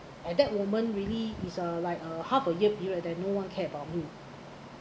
at that moment really is a like a half a year period that no one care about me